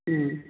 ம்